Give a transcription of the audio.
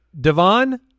Devon